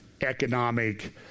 economic